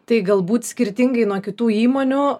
tai galbūt skirtingai nuo kitų įmonių